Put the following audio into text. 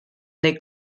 neu